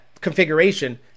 configuration